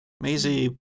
Maisie